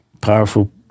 powerful